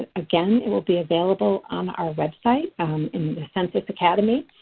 and again it will be available on our web site in the census academy.